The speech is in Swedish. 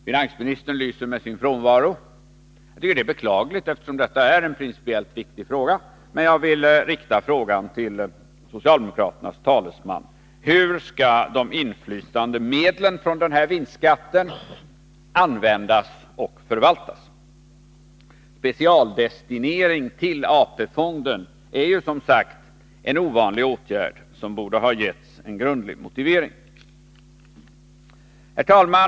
Finansministern lyser med sin frånvaro. Det är beklagligt, eftersom detta är en principiellt viktig fråga. Jag vill emellertid rikta min fråga till socialdemokraternas talesman: Hur skall de inflytande medlen från vinstskatten användas och förvaltas? Specialdestinering till AP-fonden är som sagt en ovanlig åtgärd. Man borde ha lämnat en grundlig motivering härvidlag. Herr talman!